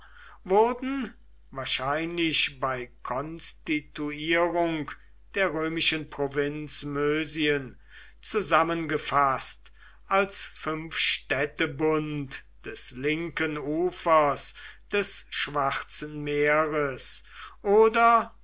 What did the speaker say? wurden wahrscheinlich bei konstituierung der römischen provinz mösien zusammengefaßt als fünfstädtebund des linken ufers des schwarzen meeres oder